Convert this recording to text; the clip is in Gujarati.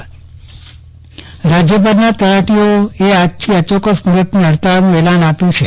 ચંદ્રવદન પટ્ટણી તલાટી હડતાલ રાજ્યભરના તલાટીઓએ આજથી અચોક્કસ મુદતની હડતાલનું એલાન આપ્યું છે